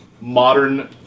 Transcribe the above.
Modern